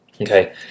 Okay